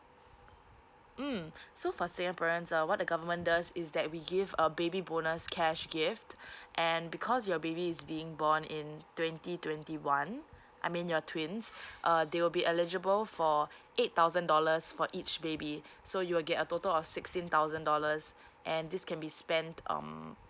mm so for singaporeans ah what the government does is that we give a baby bonus cash gift and because your baby is being born in twenty twenty one I mean your twins uh they will be eligible for eight thousand dollars for each baby so you'll get a total of sixteen thousand dollars and this can be spent um